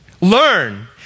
learn